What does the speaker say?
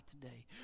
today